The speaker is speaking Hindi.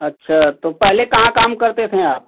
अच्छा तो पहले कहाँ काम करते थे आप